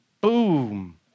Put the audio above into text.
boom